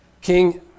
King